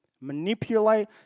manipulate